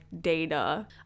data